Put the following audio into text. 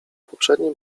poprzednim